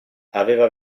aveva